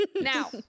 Now